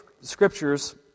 scriptures